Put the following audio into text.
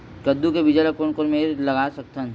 कददू के बीज ला कोन कोन मेर लगय सकथन?